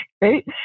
right